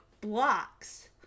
blocks